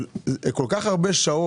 אבל זה קורה במשך כל כך הרבה שעות.